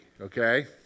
okay